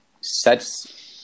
sets –